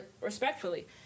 respectfully